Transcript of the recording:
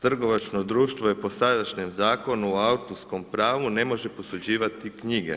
Trgovačko društvo po sadašnjem Zakonu o autorskom pravu ne može posuđivati knjige.